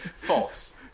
False